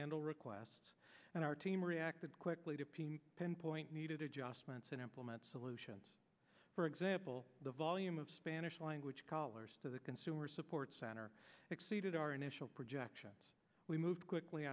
handle requests and our team reacted quickly to pinpoint needed adjustments in solutions for example the volume of spanish language callers to the consumer support center exceeded our initial projections we moved quickly